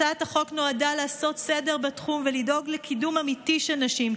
הצעת החוק נועדה לעשות סדר בתחום ולדאוג לקידום אמיתי של נשים,